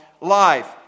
life